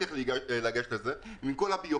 איך לגשת לזה ואיך להסתדר עם כל הבירוקרטיה.